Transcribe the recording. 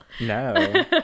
No